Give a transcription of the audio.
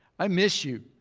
i miss you.